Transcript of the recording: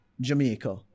Jamaica